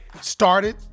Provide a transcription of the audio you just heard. started